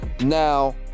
Now